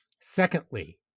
secondly